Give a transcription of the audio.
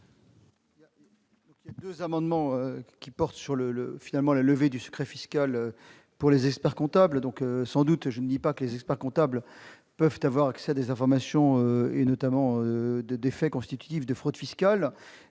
? Ces deux amendements portent sur la levée du secret fiscal pour les experts-comptables. Je ne nie pas que les experts-comptables puissent avoir accès à des informations, notamment à des faits constitutifs de fraude fiscale.